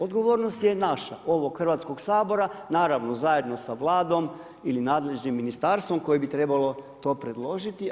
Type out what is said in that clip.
Odgovornost je naša, ovog Hrvatskog sabora, naravno zajedno sa Vladom ili nadležnim ministarstvom koje bi trebalo to predložiti.